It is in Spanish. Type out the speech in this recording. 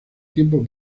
tiempo